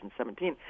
2017